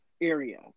area